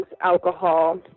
alcohol